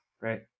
right